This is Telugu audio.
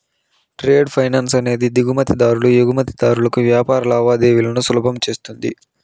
ట్రేడ్ ఫైనాన్స్ అనేది దిగుమతి దారులు ఎగుమతిదారులకు వ్యాపార లావాదేవీలను సులభం చేస్తది